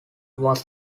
was